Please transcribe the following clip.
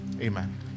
amen